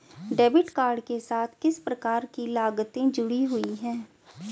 Debit card के साथ किस प्रकार की लागतें जुड़ी हुई हैं?